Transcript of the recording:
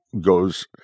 goes